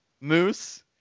Moose